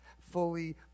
fully